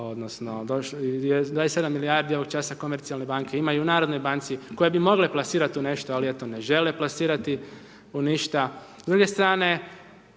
odnosno, 27 milijardi ovog časa komercijalne banke imaju u Narodnoj banci, koje bi mogle plasirati u nešto, ali eto ne žele plasirati u ništa,